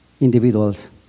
individuals